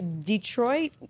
Detroit